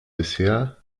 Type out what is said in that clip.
bisher